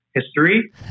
history